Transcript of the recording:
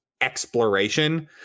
exploration